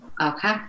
Okay